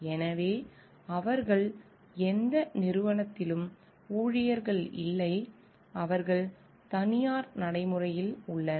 எனவே அவர்கள் எந்த நிறுவனத்திலும் ஊழியர்கள் இல்லை அவர்கள் தனியார் நடைமுறையில் உள்ளனர்